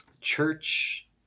Church